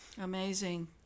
Amazing